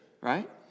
right